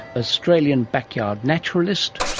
australian backyard naturalist,